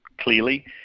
clearly